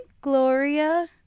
Gloria